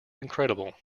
incredible